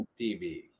TV